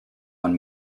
one